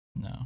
no